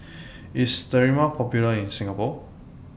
IS Sterimar Popular in Singapore